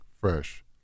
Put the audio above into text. fresh